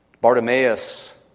Bartimaeus